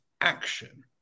action